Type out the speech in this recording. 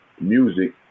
music